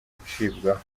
gucibwamo